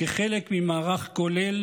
כחלק ממערך כולל